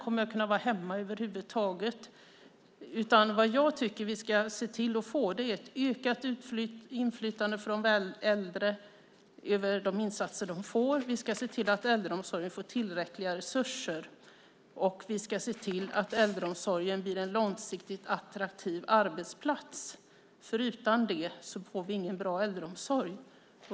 Kommer jag att kunna vara hemma över huvud taget? Vad jag tycker att vi ska se till att få är ett ökat inflytande för äldre över de insatser de får. Vi ska se till att äldreomsorgen får tillräckliga resurser, och vi ska se till att äldreomsorgen blir en långsiktigt attraktiv arbetsplats. Utan det får vi ingen bra äldreomsorg.